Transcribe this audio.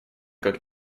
как